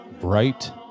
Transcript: bright